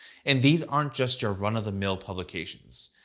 and these aren't just your run of the mill publications.